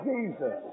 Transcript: Jesus